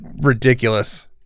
ridiculous